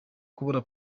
kubura